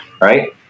right